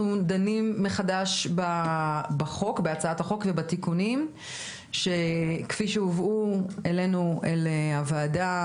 דנים מחדש בהצעת החוק ובתיקונים כפי שהובאו אלינו אל הוועדה,